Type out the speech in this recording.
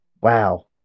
wow